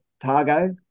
Targo